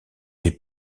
les